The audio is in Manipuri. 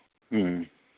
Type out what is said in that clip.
ꯎꯝ